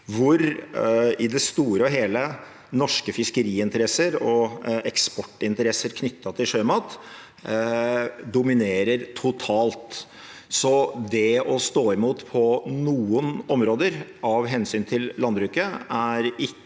hvor – i det store og hele – norske fiskeriinteresser og eksportinteresser knyttet til sjømat dominerer totalt. Det å stå imot på noen områder av hensyn til landbruket er ikke